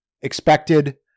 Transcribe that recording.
expected